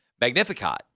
Magnificat